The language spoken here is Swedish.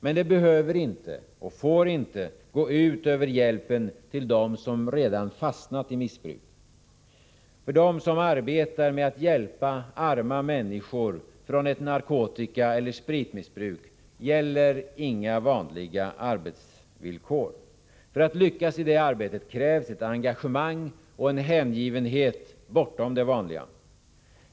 Men det behöver inte och får inte gå ut över hjälpen till dem som redan fastnat i missbruket. För dem som arbetar med att hjälpa arma medmänniskor från ett narkotikaeller spritmissbruk gäller inga vanliga arbetsvillkor. För att lyckas i det arbetet krävs ett engagemang och en hängivenhet bortom det vanliga.